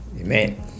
Amen